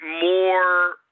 more